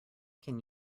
can